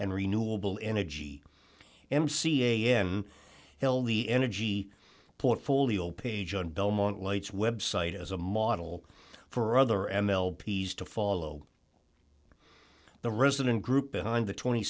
and renewable energy m c a m l the energy portfolio page on belmont lights website as a model for other m l p's to follow the resident group behind the tw